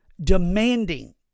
demanding